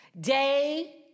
day